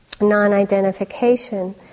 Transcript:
non-identification